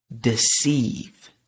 deceive